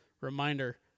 reminder